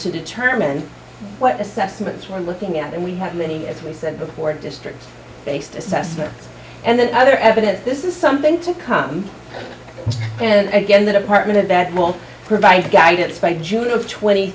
to determine what assessments we're looking at and we have many as we said before district based assessment and other evidence this is something to come and get in that apartment that more provided guidance by june of twenty